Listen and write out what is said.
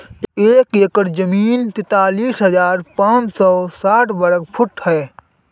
एक एकड़ जमीन तैंतालीस हजार पांच सौ साठ वर्ग फुट है